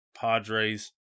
Padres